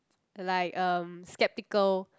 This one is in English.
like erm skeptical